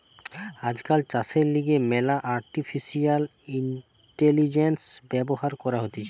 আজকাল চাষের লিগে ম্যালা আর্টিফিশিয়াল ইন্টেলিজেন্স ব্যবহার করা হতিছে